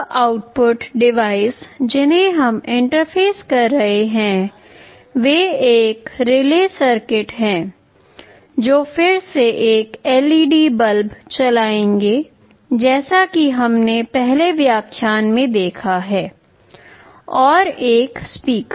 अब output device जिन्हें हम इंटरफेस कर रहे हैं वे एक रिले सर्किट हैं जो फिर से एक LED बल्ब चलाएंगे जैसा कि हमने पहले व्याख्यान में देखा है और एक स्पीकर